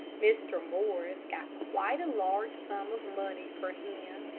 mr. morris got quite a large sum of money for him,